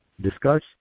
discuss